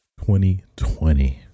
2020